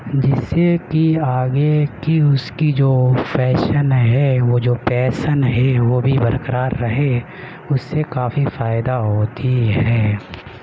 جس سے کہ آگے کی اس کی جو فیشن ہے وہ جو پیسن ہے وہ بھی برقرار رہے اس سے کافی فائدہ ہوتی ہے